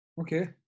okay